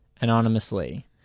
anonymously